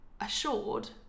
assured